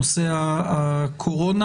נושא הקורונה.